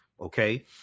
Okay